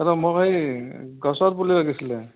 এটা মোক এই গছৰ পুলি লাগিছিলে